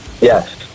Yes